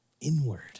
inward